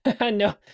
no